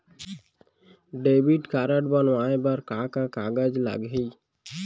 Debit card बनवाये बर का का कागज लागही?